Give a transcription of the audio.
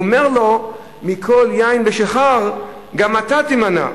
הוא אומר לו: מכל יין ושיכר גם אתה תימנע.